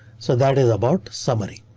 so that is about summary.